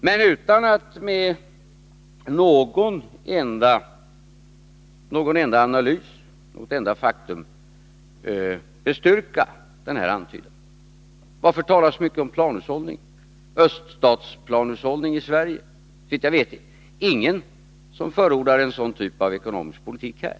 Men detta gjorde Lars Tobisson utan att med någon enda analys eller något enda faktum bestyrka antydningarna. Varför tala så mycket i Sverige om öÖststaternas planhushållning? Det är ingen, såvitt jag vet, som förordar en sådan typ av ekonomisk politik här.